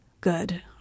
Good